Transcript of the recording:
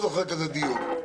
לא זוכר כזה דיון.